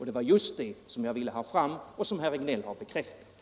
Det var just det som jag ville ha fram — och som herr Regnéll har bekräftat.